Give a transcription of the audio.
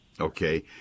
Okay